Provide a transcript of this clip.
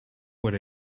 what